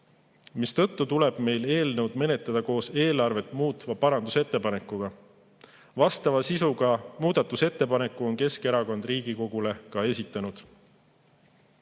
mistõttu tuleb meil [koolitoidu] eelnõu menetleda koos eelarvet muutva parandusettepanekuga. Vastava sisuga muudatusettepaneku on Keskerakond Riigikogule ka esitanud.